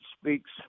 speaks